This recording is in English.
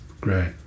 Great